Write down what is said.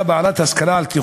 חינוך והשכלה עולים כסף